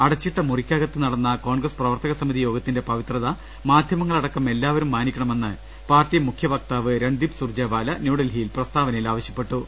അടച്ചിട്ട മുറിക്കകത്ത് നടന്ന കോൺഗ്രസ് പ്രവർത്തക സമിതി യോഗത്തിന്റെ പവിത്രത മാധ്യമ ങ്ങളടക്കം എല്ലാവരും മാനിക്കണമെന്ന് പാർട്ടി മുഖ്യവക്താവ് രൺദീപ് സുർജെവാല ന്യൂഡൽഹിയിൽ പ്രസ്താവനയിൽ ആവശ്യപ്പെട്ടു